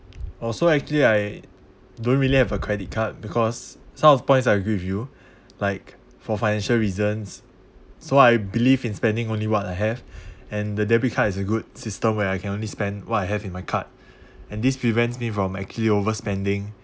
oh so actually I don't really have a credit card because some of the points I agree with you like for financial reasons so I believe in spending only what I have and the debit card is a good system where I can only spend what I have in my card and this prevents me from actually overspending